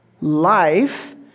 life